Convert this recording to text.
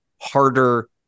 harder